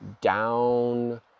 down